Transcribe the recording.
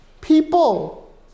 people